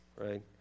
right